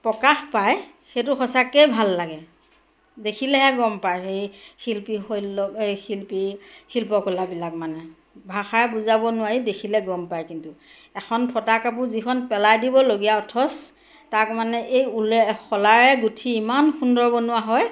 প্ৰকাশ পায় সেইটো সঁচাকে ভাল লাগে দেখিলেহে গম পায় সেই শিল্পী শৈলৱ এই শিল্পী শিল্পকলাবিলাক মানে ভাষাই বুজাব নোৱাৰি দেখিলে গম পায় কিন্তু এখন ফটা কাপোৰ যিখন পেলাই দিবলগীয়া অথচ তাক মানে এই উল শলাৰে গুঠি ইমান সুন্দৰ বনোৱা হয়